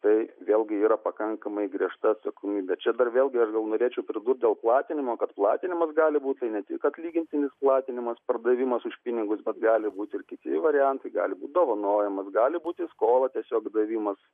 tai vėlgi yra pakankamai griežta atsakomybė čia dar vėlgi aš gal norėčiau pridurt dėl platinimo kad platinimas gali būti ne tik atlygintinis platinimas pardavimas už pinigus bet gali būti ir kiti variantai gali būti dovanojamas gali būti į skolą tiesiog davimas